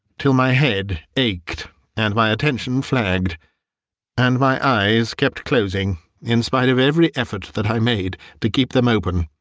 till my head ached and my attention flagged and my eyes kept closing in spite of every effort that i made to keep them open.